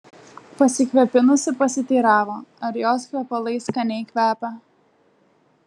pasikvėpinusi pasiteiravo ar jos kvepalai skaniai kvepią